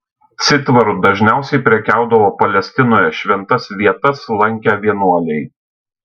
citvaru dažniausiai prekiaudavo palestinoje šventas vietas lankę vienuoliai